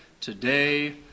today